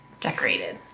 decorated